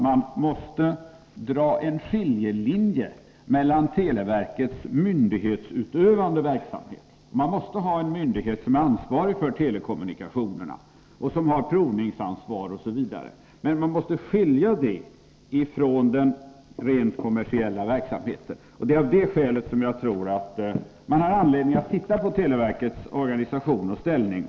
Man måste ha en myndighet som är ansvarig för telekommunikationerna och som har provningsansvar osv., men det viktiga är att dra en skiljelinje mellan televerkets myndighetsutövande verksamhet och den rent kommersiella verksamheten. Det är av detta skäl jag tror att man har anledning att se över televerkets organisation och ställning.